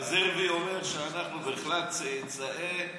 והרזרבי אומר שאנחנו בכלל הצאצאים